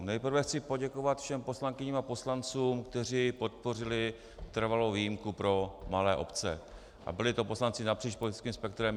Nejprve chci poděkovat všem poslankyním a poslancům, kteří podpořili trvalou výjimku pro malé obce, a byli to poslanci napříč politickým spektrem.